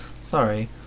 Sorry